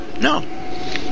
no